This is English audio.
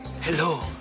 Hello